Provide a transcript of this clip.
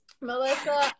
Melissa